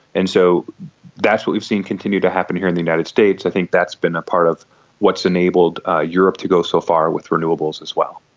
and so that's what we've seen continue to happen here in the united states. i think that's been a part of enabled ah europe to go so far with renewables as well.